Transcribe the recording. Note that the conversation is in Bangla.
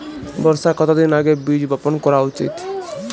বর্ষার কতদিন আগে বীজ বপন করা উচিৎ?